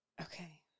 Okay